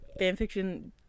fanfiction